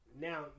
Now